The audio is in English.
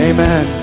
Amen